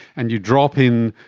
and you drop in,